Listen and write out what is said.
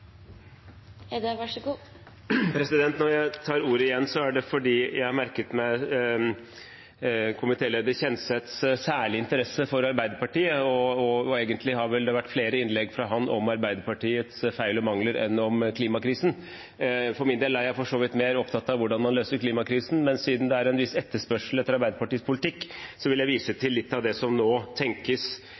det fordi jeg merket meg komitéleder Kjenseths særlige interesse for Arbeiderpartiet. Egentlig har det vært flere innlegg fra ham om Arbeiderpartiets feil og mangler enn om klimakrisen. For min del er jeg for så vidt mer opptatt av hvordan man løser klimakrisen, men siden det er en viss etterspørsel etter Arbeiderpartiets politikk, vil jeg vise til litt av det som nå tenkes